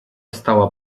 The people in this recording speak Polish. stała